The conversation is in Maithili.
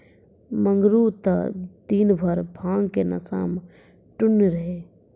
मंगरू त दिनभर भांग के नशा मॅ टुन्न रहै